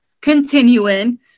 continuing